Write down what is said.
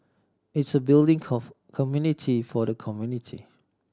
it's a building community for the community